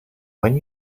when